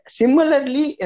similarly